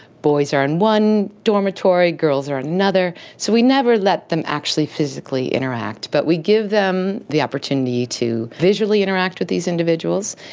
boys are in one dormitory, girls are in another. so we never let them actually physically interact, but we give them the opportunity to visually interact with these individuals,